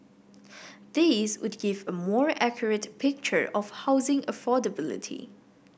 these would give a more accurate picture of housing affordability